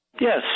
Yes